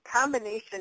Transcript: combination